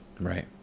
right